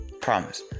Promise